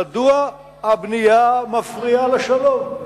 מדוע הבנייה מפריעה לשלום?